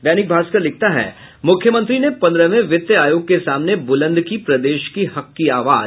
दैनिक भास्कर लिखता है मुख्यमंत्री ने पन्द्रहवें वित्त आयोग के सामने बुलंद की प्रदेश की हक की आवाज